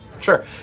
Sure